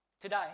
today